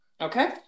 Okay